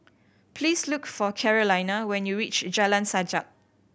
please look for Carolina when you reach Jalan Sajak